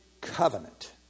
covenant